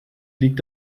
liegt